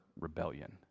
rebellion